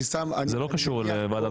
אני מניח פה --- זה לא קשור לוועדת